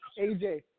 AJ